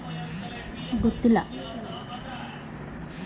ರಾಗಿಯಲ್ಲಿ ಎಷ್ಟು ಸೇಡಿಂಗ್ ಬೇಜಗಳಿವೆ?